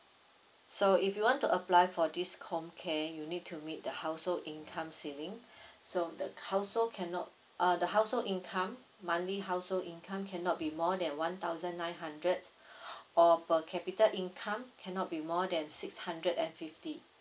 so if you want to apply for this comm care you need to meet the household income ceiling so the household cannot uh the household income monthly household income cannot be more than one thousand nine hundred or per capita income cannot be more than six hundred and fifty